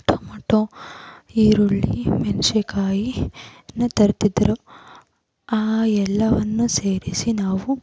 tomato ಈರುಳ್ಳಿ ಮೆಣಸೇ ಕಾಯಿ ಅನ್ನ ತರುತ್ತಿದ್ದರು ಆ ಎಲ್ಲವನ್ನು ಸೇರಿಸಿ ನಾವು